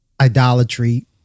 idolatry